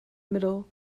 middle